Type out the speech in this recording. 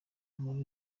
nkuru